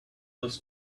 was